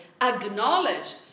acknowledged